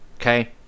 okay